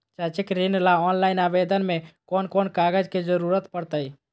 शैक्षिक ऋण ला ऑनलाइन आवेदन में कौन कौन कागज के ज़रूरत पड़तई?